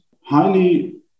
highly